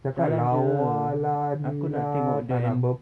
try jer aku nak tengok the en~